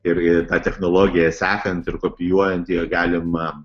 ir ir tą technologiją sekant ir kopijuojant ją galima